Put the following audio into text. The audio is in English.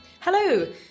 Hello